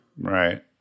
Right